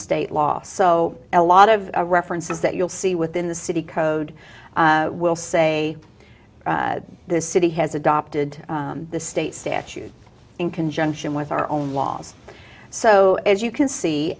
state law so a lot of references that you'll see within the city code will say the city has adopted the state statute in conjunction with our own laws so as you can see